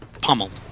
pummeled